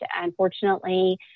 unfortunately